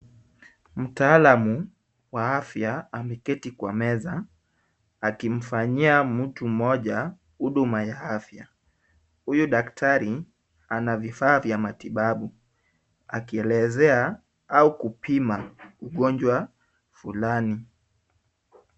Mtaalamu wa afya ameketi kwa meza akimfanyia mtu mmoja huduma ya afya. Huyu daktari ana vifaa vya matibabu akielezea au kupima mgonjwa fulani.